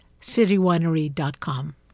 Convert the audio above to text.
citywinery.com